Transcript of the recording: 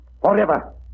Forever